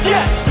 Yes